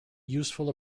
useful